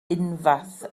unfath